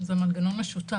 זה מנגנון משותף.